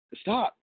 stop